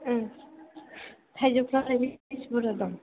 उम थाइजौफ्रालाय बिसि बुरजा दं